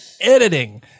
editing